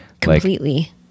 completely